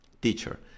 teacher